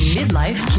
Midlife